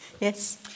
Yes